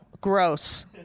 Gross